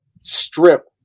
strip